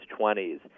20s